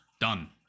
Done